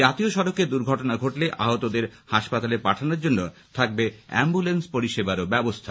জাতীয় সড়কে দুর্ঘটনা ঘটলে আহতদের হাসপাতালে পাঠানোর জন্য থাকবে অ্যাম্বলেন্স পরিষেবার ব্যবস্থা